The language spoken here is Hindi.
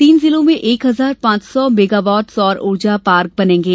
तीन जिलों में एक हजार पांच सौ मेगावाट सौर उर्जा पार्क बनेगे